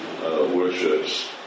worships